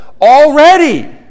Already